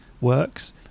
works